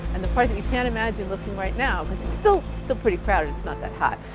and the part that you can't imagine, looking right now because it's still still pretty crowded it's not that hot,